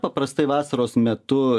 paprastai vasaros metu